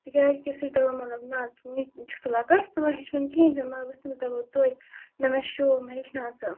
تِکیٛازِ کہِ سُہ چھُ دپان مطلب نہٕ وُنہِ ہے چھکھ ژٕ لۅکٕٹۍ ژٕ ما ہیٚچھ وُنہِ کِہیٖنۍ تہِ مطلب بہٕ چھَس تٔمِس دَپان توتہِ نہَ مےٚ چھُ شوق مےٚ ہیٚچھناو ژ